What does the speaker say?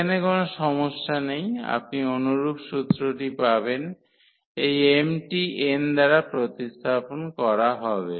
এখানে কোনও সমস্যা নেই আপনি অনুরূপ সূত্রটি পাবেন এই m টি n দ্বারা প্রতিস্থাপন করা হবে